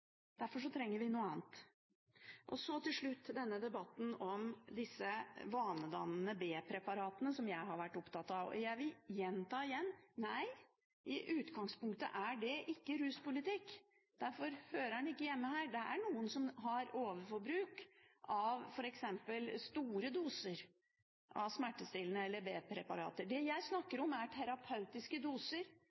Derfor trenger vi noe annet. Til slutt debatten om disse vanedannende B-preparatene jeg har vært opptatt av: Jeg vil gjenta: Nei, i utgangspunktet er det ikke ruspolitikk, derfor hører det ikke hjemme her. Det er noen som har overforbruk av f.eks. store doser av smertestillende eller B-preparater. Det jeg snakker om, er terapeutiske doser